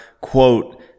quote